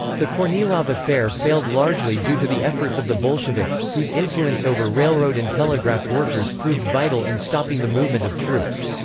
the kornilov affair failed largely due to the efforts of the bolsheviks, whose influence over railroad and telegraph workers proved vital in stopping the movement of troops.